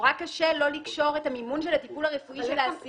מבהירים שזה לאחר השחרור